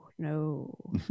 No